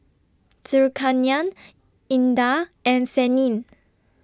Zulkarnain Indah and Senin